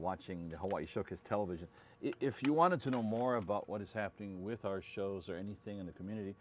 watching the hawaii shook his television if you want to know more about what is happening with our shows or anything in the community